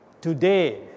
Today